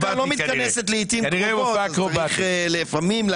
אדוני, אני כבר